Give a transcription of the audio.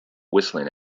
whistling